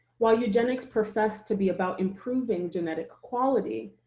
while eugenics professed to be about improving genetic quality,